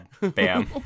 Bam